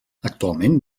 actualment